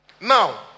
Now